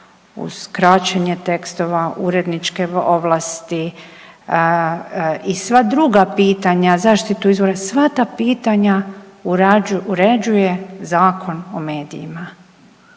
uz kraćenje tekstova, uredničke ovlasti i sva druga pitanja, zaštitu izvora, sva ta pitanja uređuje Zakon o medijima.